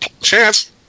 chance –